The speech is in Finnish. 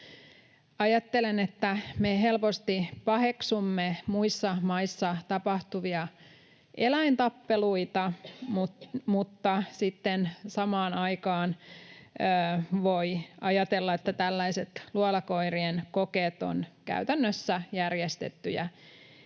Ajattelen, että me helposti paheksumme muissa maissa tapahtuvia eläintappeluita, mutta sitten samaan aikaan voi ajatella, että tällaiset luolakoirien kokeet ovat käytännössä järjestettyjä